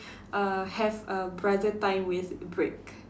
err have a brother time with brick